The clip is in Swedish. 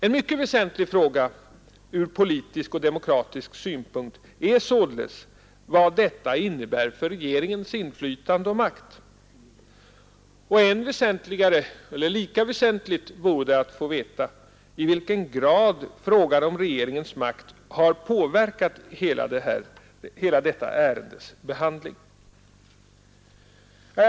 En mycket väsentlig fråga ur politisk och demokratisk synpunkt är vad detta innebär för regeringens inflytande och makt. Lika väsentligt vore det att få veta i vilken grad frågan om regeringens makt har påverkat hela detta ärendes handläggning.